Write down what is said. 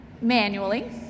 manually